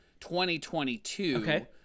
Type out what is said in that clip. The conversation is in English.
2022